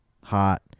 hot